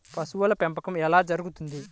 పశువుల పెంపకం ఎలా జరుగుతుంది?